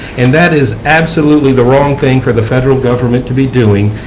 and that is absolutely the wrong thing for the federal government to be doing,